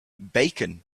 bacon